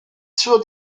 suo